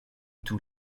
tous